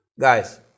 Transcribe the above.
Guys